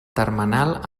termenal